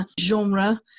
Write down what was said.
genre